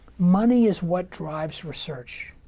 money is what drives research,